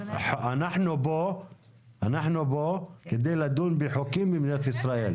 אנחנו פה כדי לדון בחוקים במדינת ישראל.